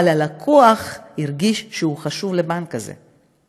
אבל הלקוח הרגיש שהוא חשוב לבנק הזה.